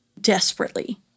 desperately